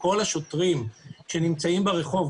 נכון שכל השוטרים שנמצאים ברחוב,